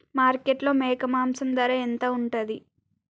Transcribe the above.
మార్కెట్లో మేక మాంసం ధర ఎంత ఉంటది?